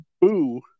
boo